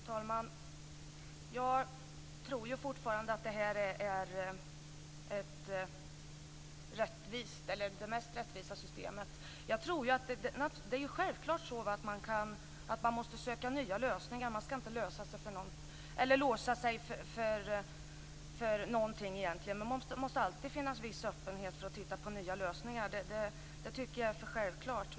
Fru talman! Jag tror fortfarande att det här är det mest rättvisa systemet. Det är självklart så att man måste söka nya lösningar. Man skall inte låsa sig för någonting egentligen. Det måste alltid finnas en viss öppenhet för att titta på nya lösningar. Det tycker jag är självklart.